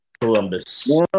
Columbus